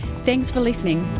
thanks for listening!